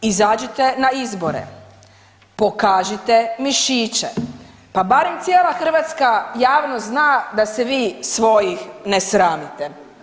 Izađite na izbore, pokažite mišiće, pa barem cijela hrvatska javnost zna da se svojih ne sramite.